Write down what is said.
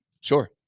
Sure